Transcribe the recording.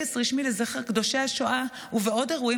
בטקס רשמי לזכר קדושי השואה ובעוד אירועים